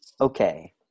Okay